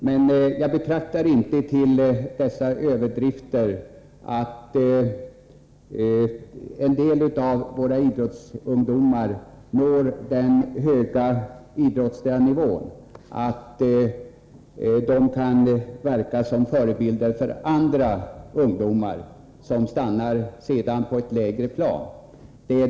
Men jag räknar inte till överdrifterna att en del av våra ungdomar når den höga idrottsliga nivån att de kan verka som förebilder för andra ungdomar, som sedan stannar på ett lägre plan.